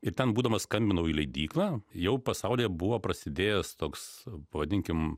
ir ten būdamas skambinau į leidyklą jau pasaulyje buvo prasidėjęs toks pavadinkim